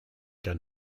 gun